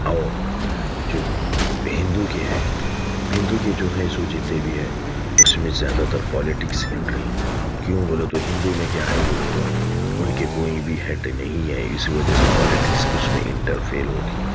اور جو ہندو کے ہیں ہندو کے جو ہیں سو جتنے بھی ہیں اس میں زیادہ تر پولیٹکس انٹری ہیں کیوں بولے تو ہندو میں کیا ہے بولے تو ان کے کوئی بھی ہیڈ نہیں ہے اس وجہ سے پولیٹکس اس میں انٹرفیل ہوتی ہے